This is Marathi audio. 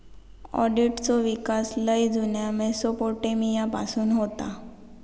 ऑडिटचो विकास लय जुन्या मेसोपोटेमिया पासून होता